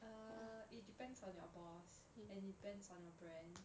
err it depends on your boss and it depends on your brand